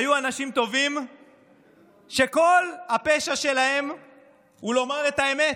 היו אנשים טובים שכל הפשע שלהם הוא לומר את האמת,